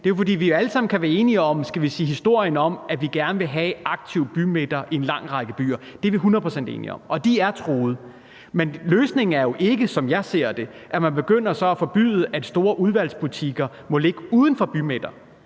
det er, fordi vi alle sammen kan være enige om, skal vi sige historien om, at vi gerne vil have aktive bymidter i en lang række byer. Det er vi hundrede procent enige om. Og de er truede. Men løsningen er jo ikke, som jeg ser det, at man så begynder at forbyde, at store udvalgsbutikker må ligge uden for bymidterne.